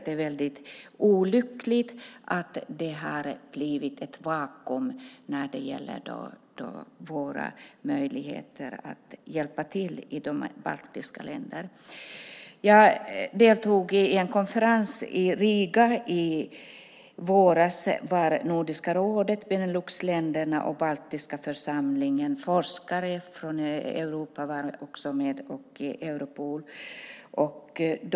Det är olyckligt att det har blivit ett vakuum när det gäller våra möjligheter att hjälpa till i de baltiska länderna. Jag deltog i en konferens i Riga förra våren med Nordiska rådet. Där var Beneluxländerna, Baltiska församlingen, forskare från Europa och Europol också med.